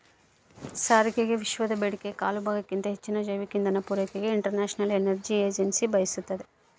ಸಾರಿಗೆಗೆವಿಶ್ವದ ಬೇಡಿಕೆಯ ಕಾಲುಭಾಗಕ್ಕಿಂತ ಹೆಚ್ಚಿನ ಜೈವಿಕ ಇಂಧನ ಪೂರೈಕೆಗೆ ಇಂಟರ್ನ್ಯಾಷನಲ್ ಎನರ್ಜಿ ಏಜೆನ್ಸಿ ಬಯಸ್ತಾದ